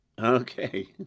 Okay